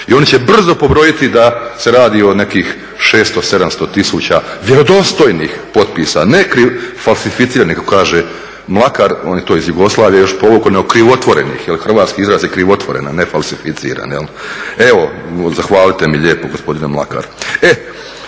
i oni će brzo pobrojiti da se radi o nekih 600, 700 tisuća vjerodostojnih potpisa. Ne falsificiranih kako kaže Mlakar, on je to još iz Jugoslavije povukao, krivotvorenih, hrvatski izraz je krivotvorena, ne falsificirane. Evo, zahvalite mi lijepo gospodine Mlakaru.